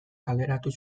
kaleratu